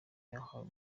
yahawe